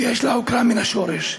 ויש לעוקרם מן השורש.